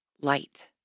light